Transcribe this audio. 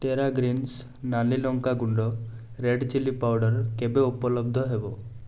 ଟେରା Greens ନାଲି ଲଙ୍କା ଗୁଣ୍ଡ ରେଡ଼୍ ଚିଲି ପାଉଡ଼ର୍ କେବେ ଉପଲବ୍ଧ ହେବ